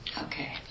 Okay